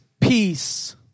peace